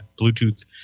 Bluetooth